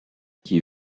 qui